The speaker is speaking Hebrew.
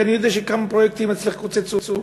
כי אני יודע שכמה פרויקטים אצלך קוצצו.